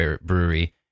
Brewery